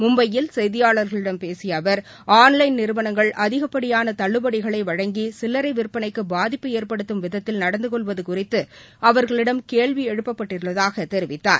மும்பையில் செய்தியாளர்களிடம் பேசியஅவர் ஆன்லைன் நிறுவனங்கள் அதிகப்படியானதள்ளுபடிகளைவழங்கிசில்லறைவிற்பனைக்குபாதிப்பு விதத்தில் ஏற்படுத்தம் நடந்துகொள்வதுகுறித்துஅவர்களிடம் கேள்விஎழுப்பப்பட்டுள்ளதாகதெரிவித்தார்